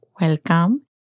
welcome